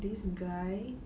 this guy